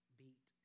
beat